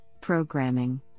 programming